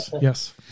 Yes